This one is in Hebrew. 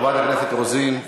חברת הכנסת רוזין,